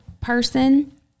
person